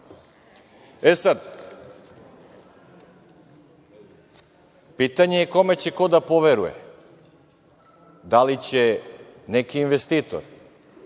pitanje je kome će ko da poveruje, da li će neki investitor